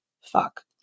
fuck